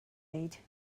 made